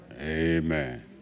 Amen